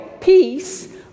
peace